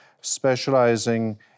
specializing